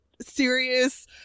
serious